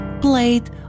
played